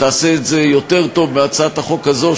תעשה את זה יותר טוב מהצעת החוק הזו,